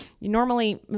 normally